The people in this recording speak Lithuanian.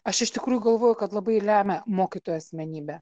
aš iš tikrųjų galvoju kad labai lemia mokytojo asmenybė